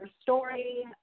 story